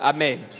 Amen